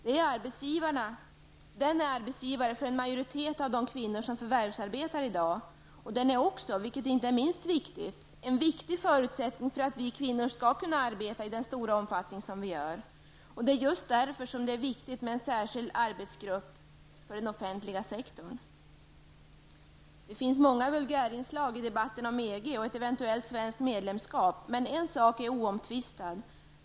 Den offentliga sektorn är arbetsgivare för en majoritet av de kvinnor som i dag förvärvsarbetar, och den är också -- vilket inte är minst lika viktigt -- en förutsättning för att vi kvinnor skall kunna arbeta i den stora omfattning som vi gör. Det är just därför som det är angeläget med en särskild arbetsgrupp som skall se över den offentliga sektorn. Det finns många vulgärinslag i debatten om EG och ett eventuellt svenskt medlemskap, men en sak är oomtvistad.